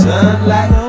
Sunlight